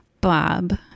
bob